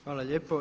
Hvala lijepo.